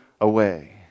away